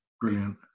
Brilliant